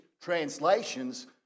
translations